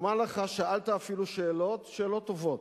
אומר לך, שאלת אפילו שאלות, שאלות טובות.